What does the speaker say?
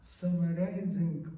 summarizing